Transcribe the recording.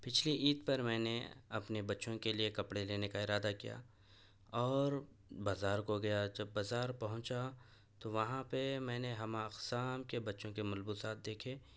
پچھلی عید پر میں نے اپنے بچوں کے لیے کپڑے لینے کا ارادہ کیا اور بازار کو گیا جب بازار پہنچا تو وہاں پہ میں نے ہمہ اقسام کے بچوں کے ملبوسات دیکھے